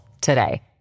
today